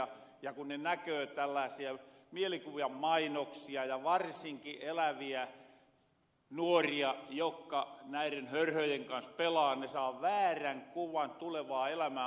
ja kun ne näköö tällaasia mielikuvamainoksia ja varsinki eläviä nuoria jokka näiren hörhöjen kans pelaa ne saa väärän kuvan tulevaa elämää ajatellen